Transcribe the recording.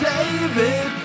David